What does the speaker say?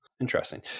Interesting